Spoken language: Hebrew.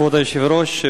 כבוד היושב-ראש,